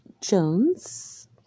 Jones